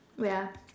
wait ah